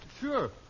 Sure